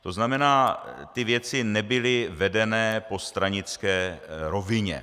To znamená, ty věci nebyly vedeny po stranické rovině.